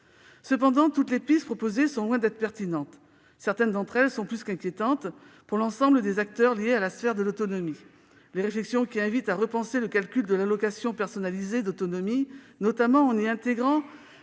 Cependant, toutes les pistes proposées sont loin d'être pertinentes. Certaines d'entre elles sont plus qu'inquiétantes pour l'ensemble des acteurs liés à la sphère de l'autonomie. Les réflexions qui invitent à repenser le calcul de l'allocation personnalisée d'autonomie, notamment en y intégrant